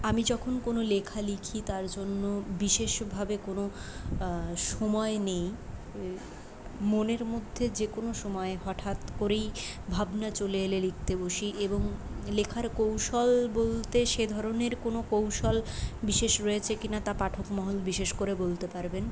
আমি যখন কোনও লেখা লিখি তার জন্য বিশেষভাবে কোনও সময় নেই মনের মধ্যে যেকোনও সময়ে হঠাৎ করেই ভাবনা চলে এলে লিখতে বসি এবং লেখার কৌশল বলতে সেধরনের কোনও কৌশল বিশেষ রয়েছে কি না তা পাঠকমহল বিশেষ করে বলতে পারবেন